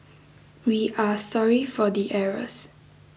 we are sorry for the errors